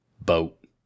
boat